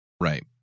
Right